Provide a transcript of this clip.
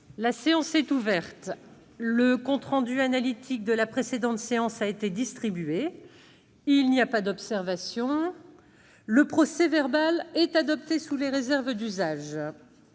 La séance est ouverte. Le compte rendu analytique de la précédente séance a été distribué. Il n'y a pas d'observation ?... Le procès-verbal est adopté sous les réserves d'usage.